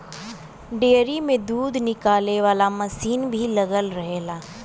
dairy में दूध निकाले वाला मसीन भी लगल रहेला